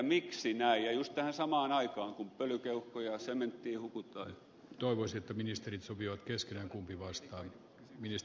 miksi näin ja juuri tähän samaan aikaan kun pölykeuhkoon ja sementtiin hukutaan toivoisi että ministerit sopivat keskenään kumpi vastaan viisi